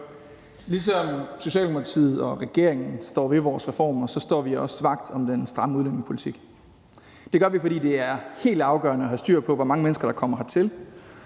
og vi Socialdemokratiet står ved vores reformer, står vi også vagt om den stramme udlændingepolitik. Det gør vi, fordi det er helt afgørende at have styr på, hvor mange mennesker der kommer hertil,